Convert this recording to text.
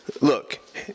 look